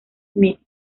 smith